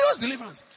deliverance